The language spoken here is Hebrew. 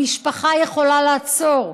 המשפחה יכולה לעצור.